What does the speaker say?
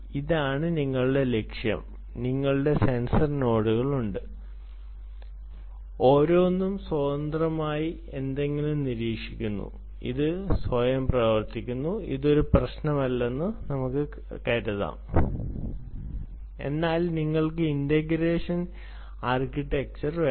ഇതാണ് നിങ്ങളുടെ ലക്ഷ്യം നിങ്ങൾക്ക് സെൻസർ നോഡുകൾ ഉണ്ട് ഓരോന്നും സ്വതന്ത്രമായി എന്തെങ്കിലും നിരീക്ഷിക്കുന്നു അത് സ്വയം പ്രവർത്തിക്കുന്നു ഇത് ഒരു പ്രശ്നവുമില്ലെന്ന് ചിന്തിക്കാൻ കഴിയും എന്നാൽ നിങ്ങൾക്ക് ഒരു ഇന്റഗ്രേഷൻ ആർക്കിടെക്ചർ വേണം